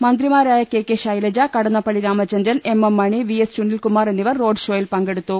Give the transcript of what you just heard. മന്ത്രിമാരായ K K Shailaja Kadannappally Ramachandran M M Mani V S Sunilkumar എന്നിവർ റോഡ്ഷോയിൽ പങ്കെടുത്തു